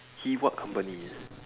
he what company ah